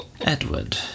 Edward